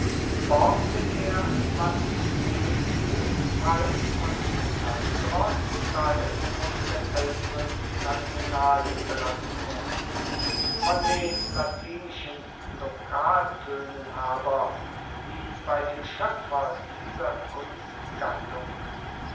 borgte er was ihm gefiel teils von menandros teils aus der älteren nationalliteratur von den latinischen lokaltönen aber die bei dem schöpfer dieser